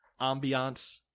ambiance